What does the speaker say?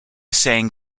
saying